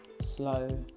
slow